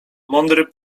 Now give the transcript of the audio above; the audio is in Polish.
mądry